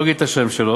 לא אגיד את השם שלו,